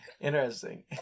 Interesting